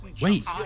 Wait